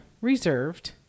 reserved